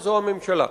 הממשלה.